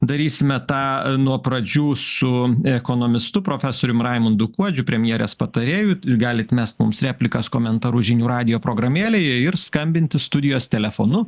darysime tą nuo pradžių su ekonomistu profesorium raimundu kuodžiu premjerės patarėju galit mest mums replikas komentarus žinių radijo programėlėje ir skambinti studijos telefonu